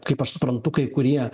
kaip aš suprantu kai kurie